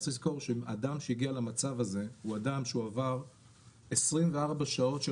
צריך לזכור שאדם שהגיע למצב הזה הוא אדם שעבר 24 שעות של